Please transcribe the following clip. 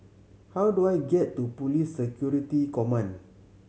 how do I get to Police Security Command